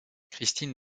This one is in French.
christine